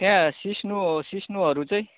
त्यहाँ सिस्नु सिस्नुहरू चाहिँ